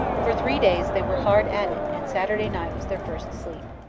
for three days they were hard at it and saturday night was their first sleep.